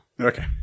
Okay